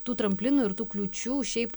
tų tramplinų ir tų kliūčių šiaip